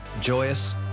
joyous